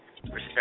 respect